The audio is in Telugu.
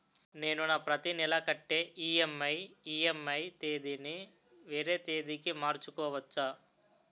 నేను నా ప్రతి నెల కట్టే ఈ.ఎం.ఐ ఈ.ఎం.ఐ తేదీ ని వేరే తేదీ కి మార్చుకోవచ్చా?